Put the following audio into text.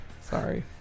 Sorry